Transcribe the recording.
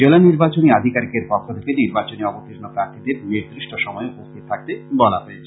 জেলা নির্বাচনী আধীকারীকের পক্ষে থেকে নির্বাচনে অবর্তীন প্রর্থীদের নির্দিষ্ট সময়ে উপস্থিত থাকতে বলা হয়েছে